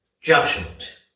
Judgment